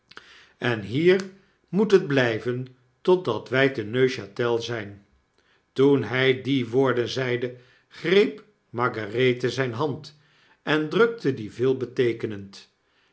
en hier moet het blyven totdat wy te neuch at el zyn toen hy die woorden zeide greep margarethe zyne hand en drukte die